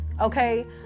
okay